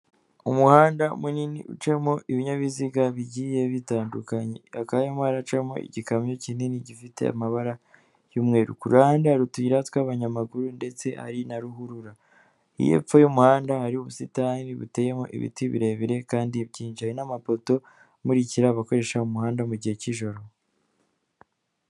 Umuhanda munini ucamo ibinyabiziga bigiye bitandukanye, hakaba harimo haracamo igikamyo kinini gifite amabara y'umweru, ku ruhande hari utuyira tw'abanyamaguru ndetse hari na ruhurura. Hepfo y'umuhanda hari ubusitani buteyemo ibiti birebire kandi byinshi, hari n'amapoto amurikira abakoresha umuhanda gihe cy'ijoro.